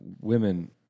women